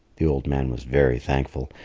the old man was very thankful.